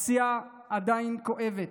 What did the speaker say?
הפציעה עדיין כואבת,